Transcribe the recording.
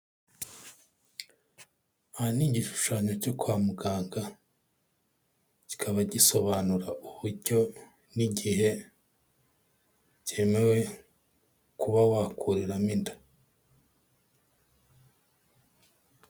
Aha ni igishushanyo cyo kwa muganga. Kikaba gisobanura uburyo n'igihe byemewe kuba wakuriramo inda.